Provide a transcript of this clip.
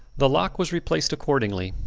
the lock was replaced accordingly,